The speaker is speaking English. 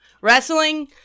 Wrestling